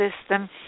system